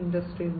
industry 3